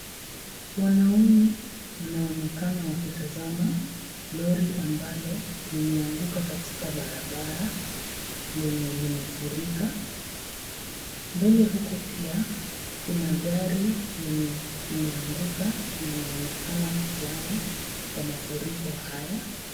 Wanaume wanaonekana wakitazama lori ambalo lilianguka katika barabara lenye limefurika. Mbele huku pia kuna gari lenye limeanguka laonekana kuzama kwa mafuriko haya.